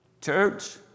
Church